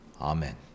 Amen